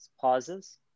pauses